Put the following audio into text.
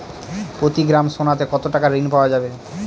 প্রতি গ্রাম সোনাতে কত টাকা ঋণ পাওয়া যাবে?